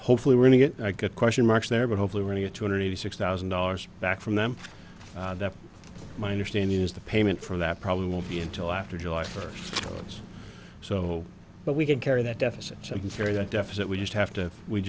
hopefully we're going to get good question marks there but hopefully we're going to two hundred eighty six thousand dollars back from them that my understanding is the payment for that probably won't be until after july first so but we can carry that deficit secondary that deficit we just have to we